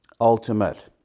ultimate